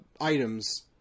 items